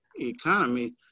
economy